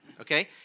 okay